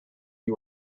you